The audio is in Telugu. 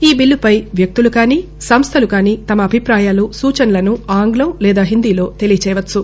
ఈ బిల్లుపై వ్యక్తులుగాని సంస్థలుగాని తమ అభిప్రాయాలు సూచనలను ఆంగ్లం లేదా హిందీలో తెలియజేయవచ్చు